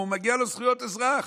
מגיעות לו זכויות אזרח,